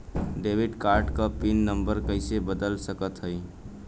Debit card क pin number कइसे बदल सकत हई?